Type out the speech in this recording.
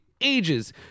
ages